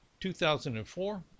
2004